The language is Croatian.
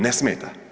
Ne smeta.